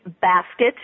basket